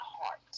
heart